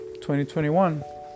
2021